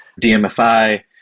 DMFI